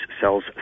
cells